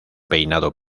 peinado